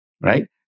Right